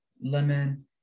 lemon